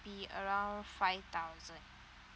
be around five thousand